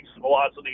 velocity